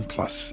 Plus